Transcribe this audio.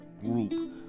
group